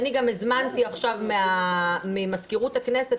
אני גם הזמנתי עכשיו ממזכירות הכנסת